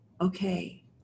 okay